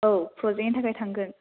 औ प्रजेक्टनि थाखाय थांगोन